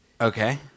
Okay